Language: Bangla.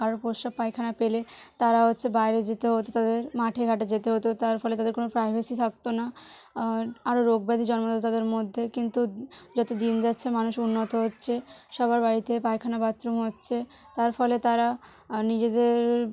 কারোর প্রস্রাব পায়খানা পেলে তারা হচ্ছে বাইরে যেতে হতো তাদের মাঠে ঘাটে যেতে হতো তার ফলে তাদের কোনো প্রাইভেসি থাকত না আর আরও রোগ ব্যাধি জন্মাত তাদের মধ্যে কিন্তু যত দিন যাচ্ছে মানুষ উন্নত হচ্ছে সবার বাড়িতে পায়খানা বাথরুম হচ্ছে তার ফলে তারা নিজেদের